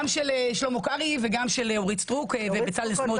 של שלמה קרעי וגם של אורית סטרוק ובצלאל סמוטריץ.